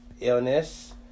illness